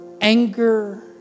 anger